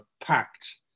packed